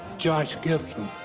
josh gibson.